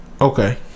Okay